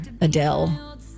Adele